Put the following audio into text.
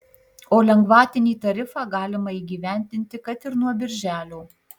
o lengvatinį tarifą galima įgyvendinti kad ir nuo birželio